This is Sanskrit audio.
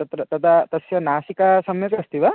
तत्र तदा तस्य नासिका सम्यक् अस्ति वा